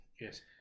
Yes